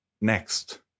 next